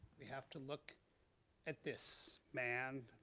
we have to look at this man,